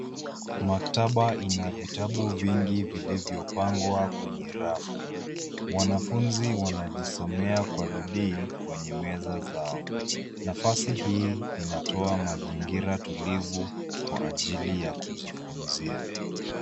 Maktaba ina vitabu vingi vilivyopangwa kwenye rafu. Wanafunzi wanajisomea kwa bidii kwenye meza zao. Nafasi hii inatoa mazingira tulivu kwa ajili ya kujifunzia.